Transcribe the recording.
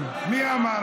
מי אמר?